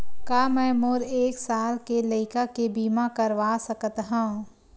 का मै मोर एक साल के लइका के बीमा करवा सकत हव?